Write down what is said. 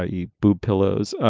ah yeah boob pillows.